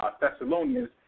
Thessalonians